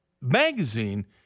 magazine